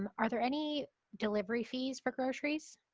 um are there any delivery fees for groceries?